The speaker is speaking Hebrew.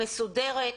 מסודרת,